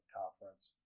conference